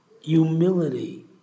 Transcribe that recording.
humility